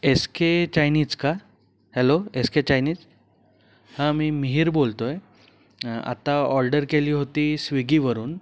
S K Chinese का hello S K Chinese हां मी मिहिर बोलतो आहे आता ऑर्डर केली होती स्विगीवरून